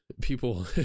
people